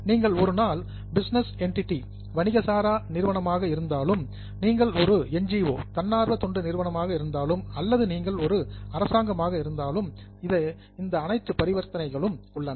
நீங்கள் ஒரு நான் பிசினஸ் என்டிடி வணிக சாரா நிறுவனமாக இருந்தாலும் நீங்கள் ஒரு என்ஜிஓ தன்னார்வ தொண்டு நிறுவனம் அல்லது நீங்கள் ஒரு அரசாங்கம் என்று இருந்தாலும் இந்த அனைத்து பரிவர்த்தனைகளும் உள்ளன